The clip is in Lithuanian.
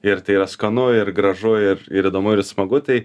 ir tai yra skanu ir gražu ir ir įdomu ir smagu tai